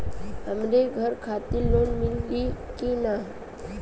हमरे घर खातिर लोन मिली की ना?